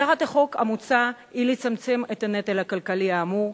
מטרת החוק המוצע היא לצמצם את הנטל הכלכלי האמור,